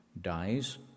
dies